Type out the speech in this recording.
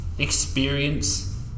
experience